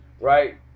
right